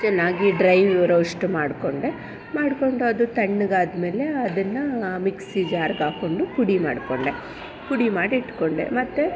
ಚೆನ್ನಾಗಿ dry roast ಮಾಡಿಕೊಂಡೆ ಮಾಡಿಕೊಂಡು ಅದು ತಣ್ಣಗಾದ್ಮೇಲೆ ಅದನ್ನು ಮಿಕ್ಸಿ ಜಾರಿಗಾಕ್ಕೊಂಡು ಪುಡಿ ಮಾಡಿಕೊಂಡೆ ಪುಡಿ ಮಾಡಿ ಇಟಟ್ಟುಕೊಂಡೆ ಮತ್ತು